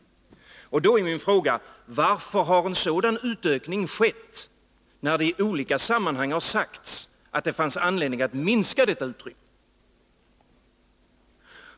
Då är min första följdfråga: Varför har en sådan utökning skett, när det i olika sammanhang har sagts att det fanns anledning att minska detta utrymme?